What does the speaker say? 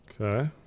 Okay